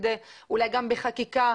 אולי גם בחקיקה,